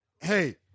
hey